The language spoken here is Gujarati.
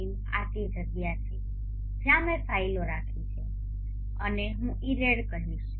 sim આ તે જગ્યા છે જ્યાં મેં ફાઇલો રાખી છે અને હું ઇરેડ કહીશ